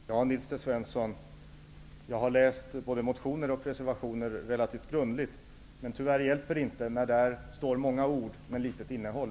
Fru talman! Jo, Nils T Svensson, jag har läst både motioner och reservationer relativt grundligt. Tyvärr hjälper det inte, eftersom det där finns många ord men litet innehåll.